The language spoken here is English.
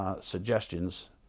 suggestions